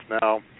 Now